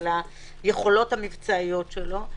של היכולות המבצעיות שלו,